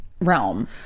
realm